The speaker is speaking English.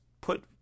put